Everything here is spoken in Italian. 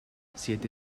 siete